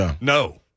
no